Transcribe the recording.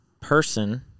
person